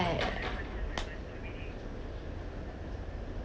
what